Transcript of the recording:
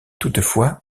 toutefois